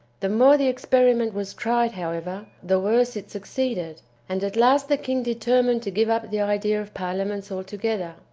the more the experiment was tried, however, the worse it succeeded and at last the king determined to give up the idea of parliaments altogether,